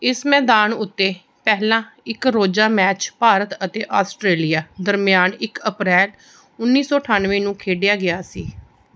ਇਸ ਮੈਦਾਨ ਉੱਤੇ ਪਹਿਲਾ ਇੱਕ ਰੋਜ਼ਾ ਮੈਚ ਭਾਰਤ ਅਤੇ ਆਸਟਰੇਲੀਆ ਦਰਮਿਆਨ ਇੱਕ ਅਪ੍ਰੈਲ ਉੱਨੀ ਸੌ ਅਠਾਨਵੇਂ ਨੂੰ ਖੇਡਿਆ ਗਿਆ ਸੀ